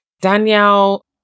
Danielle